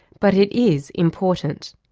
but it is important.